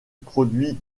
produit